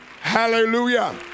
hallelujah